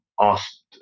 asked